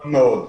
מאוד.